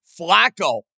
Flacco